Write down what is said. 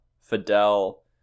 Fidel